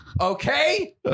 Okay